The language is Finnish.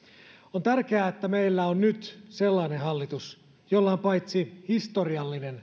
on tärkeää että meillä on nyt sellainen hallitus jolla on paitsi historiallinen